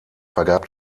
vergab